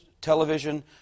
television